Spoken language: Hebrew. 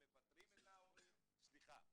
הם מפטרים את המורים ------ סליחה.